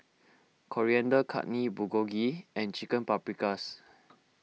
Coriander Chutney Bulgogi and Chicken Paprikas